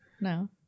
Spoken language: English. No